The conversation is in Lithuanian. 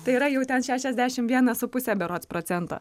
tai yra jau ten šešiasdešim vienas su puse berods procento